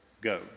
Go